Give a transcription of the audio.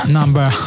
number